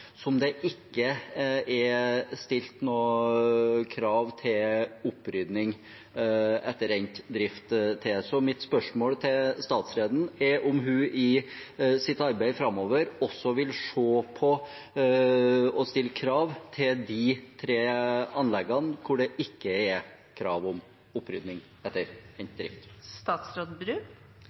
som det ikke er stilt noe krav til opprydning etter endt drift til. Mitt spørsmål til statsråden er om hun i sitt arbeid framover også vil se på og stille krav til de tre anleggene hvor det ikke er krav om opprydning etter